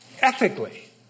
ethically